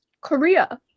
Korea